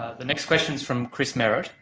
the next question is from chris merritt,